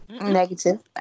Negative